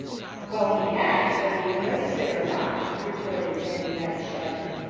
well he has, whether you've noticed it or not, retorted jenny wren sharply.